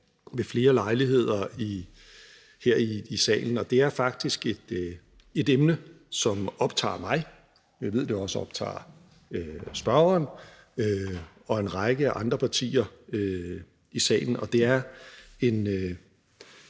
ved flere lejligheder her i salen. Det er faktisk et emne, som optager mig – jeg ved, at det også optager spørgeren – og en række andre partier i salen, og det er en